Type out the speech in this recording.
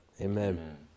Amen